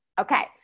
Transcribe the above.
Okay